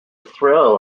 thrill